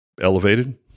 elevated